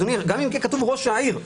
גם אם כי כתוב ראש העיר,